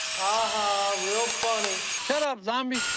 ah real funny. shut up, zombie.